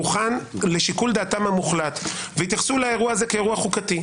הוכן לשיקול דעתם המוחלט והתייחסו לאירוע הזה כאירוע חוקתי.